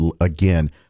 again